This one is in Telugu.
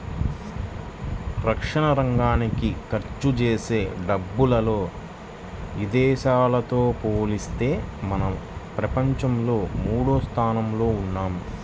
రక్షణరంగానికి ఖర్చుజేసే డబ్బుల్లో ఇదేశాలతో పోలిత్తే మనం ప్రపంచంలో మూడోస్థానంలో ఉన్నాం